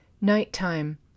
nighttime